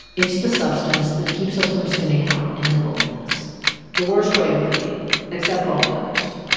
it's the substance that keeps us from spinning out into loneliness the worst way of being, except for all the others